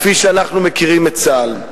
כפי שאנחנו מכירים את צה"ל.